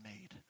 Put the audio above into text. made